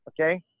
Okay